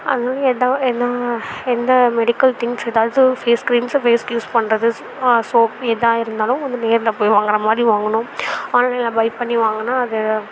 அதுமாதிரி எதா எதா எந்த மெடிக்கல் திங்க்ஸ் எதாவது ஃபேஸ் கிரீம்ஸ் ஃபேஸுக்கு யூஸ் பண்ணுறது ஸோ சோப்பு எதாது இருந்தாலும் வந்து நேரில் போயி வாங்கிறா மாதிரி வாங்கணும் ஆன்லைனில் பை பண்ணி வாங்கினா அது